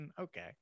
Okay